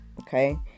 Okay